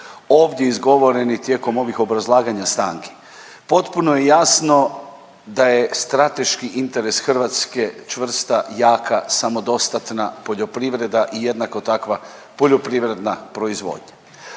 ovdje izgovoreni tijekom ovih obrazlaganja stanki. Potpuno je jasno da je strateški interes Hrvatske čvrsta, jaka, samodostatna poljoprivreda i jednako takva poljoprivredna proizvodnja,